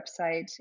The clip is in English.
website